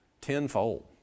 tenfold